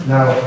Now